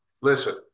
listen